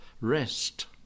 rest